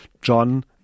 John